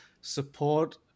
support